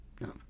No